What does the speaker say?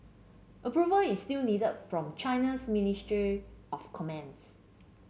approval is still needed from China's ministry of commerce